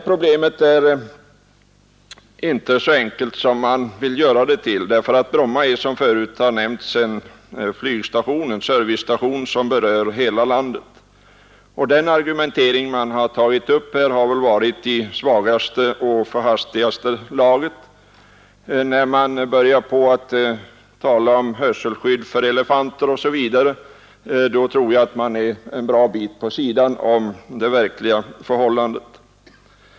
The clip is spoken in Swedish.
Problemet är inte så enkelt som man vill göra det, därför att Bromma som nämnts är en servicestation som berör hela landet. Den argumentering man tagit upp har varit i svagaste och mest förhastade laget. När man börjar tala om hörselskydd för elefanter, tror jag man kommit en bra bit vid sidan om de verkliga förhållandena.